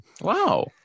Wow